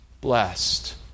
blessed